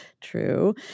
true